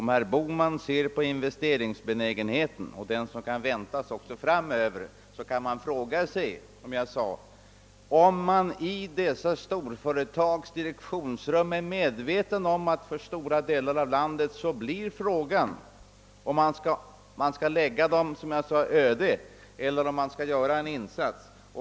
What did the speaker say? Om herr Bohman ser på investeringsbenägenheten och den som kan väntas även framöver, kan man fråga sig, som jag sade, om man i dessa storföretags direk tionsrum är medveten om att för stora delar av landet blir frågan, om man skall lägga dessa delar öde eller om man skall göra en insats.